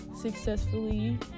successfully